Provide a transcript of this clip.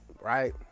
Right